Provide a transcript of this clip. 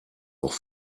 auch